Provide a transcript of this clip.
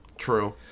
true